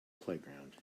playground